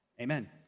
amen